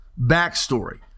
backstory